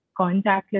contactless